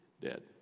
dead